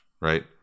right